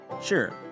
Sure